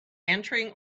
entering